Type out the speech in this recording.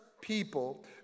people